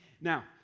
Now